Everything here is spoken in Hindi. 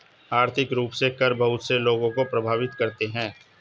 आर्थिक रूप से कर बहुत से लोगों को प्राभावित करते हैं